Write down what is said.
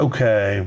Okay